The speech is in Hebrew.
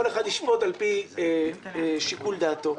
כל אחד ישפוט על פי שיקול דעתו,